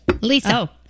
lisa